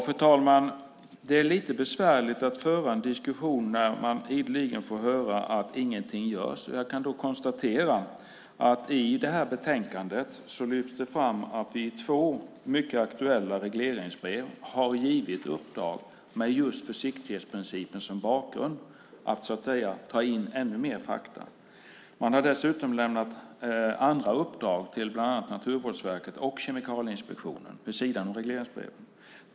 Fru talman! Det är lite besvärligt att föra en diskussion när man ideligen får höra att ingenting görs. I betänkandet lyfts fram att regeringen i två mycket aktuella regleringsbrev har givit uppdrag med just försiktighetsprincipen som grund för att ta in ännu mer fakta. Man har också givit andra uppdrag till bland andra Naturvårdsverket och Kemikalieinspektionen vid sidan av regleringsbreven.